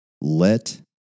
Let